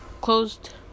closed